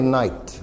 night